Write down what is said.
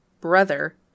Brother